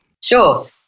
Sure